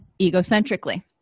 egocentrically